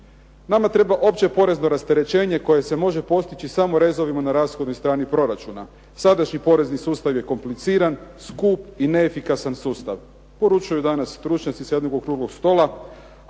Nama treba opće porezno opterećenje koje se može postići samo rezovima na rashodnoj strani proračuna. Sadašnji porezni sustav je kompliciran, skup i neefikasan sustav. Poručuju danas stručnjaci sa jednog okruglog stoga.